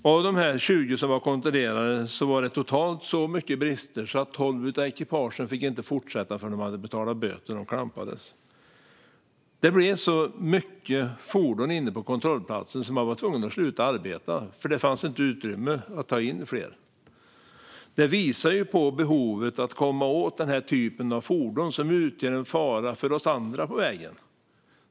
Bland de 20 ekipage som kontrollerades var det totalt så mycket brister att 12 ekipage inte fick fortsätta förrän de hade betalat böter; de klampades. Det blev så många fordon på kontrollplatsen att man blev tvungen att sluta arbeta. Det fanns inte utrymme att ta in fler. Detta visar på behovet av att komma åt den här typen av fordon, som ju utgör en fara för oss andra på vägen.